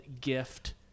gift